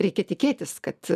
reikia tikėtis kad